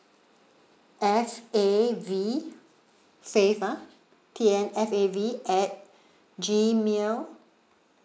f a v fav ah t a n f a v at gmail